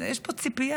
יש פה ציפייה.